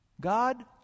God